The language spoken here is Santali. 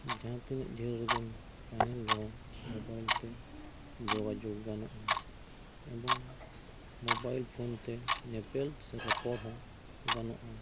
ᱡᱟᱦᱟᱸ ᱛᱤᱱᱟᱹᱜ ᱡᱷᱟᱹᱞ ᱨᱮᱜᱮᱢ ᱛᱟᱦᱮᱱ ᱢᱳᱵᱟᱭᱤᱞ ᱛᱮ ᱡᱚᱜᱟᱡᱳᱜᱽ ᱜᱟᱱᱚᱜᱼᱟ ᱮᱹᱵᱚᱝ ᱢᱳᱵᱟᱭᱤᱞ ᱯᱷᱳᱱ ᱛᱮ ᱧᱮᱯᱮᱞ ᱥᱮ ᱨᱚᱯᱚᱲ ᱦᱚᱸ ᱜᱟᱱᱚᱜᱼᱟ